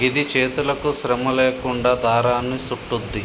గిది చేతులకు శ్రమ లేకుండా దారాన్ని సుట్టుద్ది,